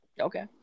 okay